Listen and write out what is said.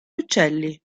uccelli